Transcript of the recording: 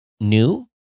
new